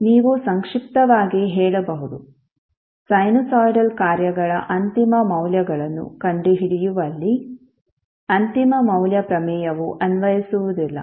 ನೀವು ಸಂಕ್ಷಿಪ್ತವಾಗಿ ಹೇಳಬಹುದು ಸೈನುಸೈಡಲ್ ಕಾರ್ಯಗಳ ಅಂತಿಮ ಮೌಲ್ಯಗಳನ್ನು ಕಂಡುಹಿಡಿಯುವಲ್ಲಿ ಅಂತಿಮ ಮೌಲ್ಯ ಪ್ರಮೇಯವು ಅನ್ವಯಿಸುವುದಿಲ್ಲ